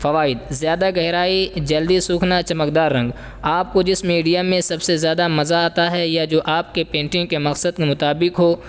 فوائد زیادہ گہرائی جلدی سوکھنا چمکدار رنگ آپ کو جس میڈیم میں سب سے زیادہ مزہ آتا ہے یا جو آپ کے پینٹنگ کے مقصد کے مطابک ہو